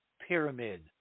pyramid